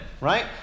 right